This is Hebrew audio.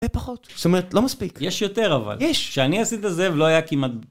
בפחות. זאת אומרת, לא מספיק. - יש יותר, אבל. - יש! - כשאני עשיתי את זה ולא היה כמעט...